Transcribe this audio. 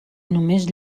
només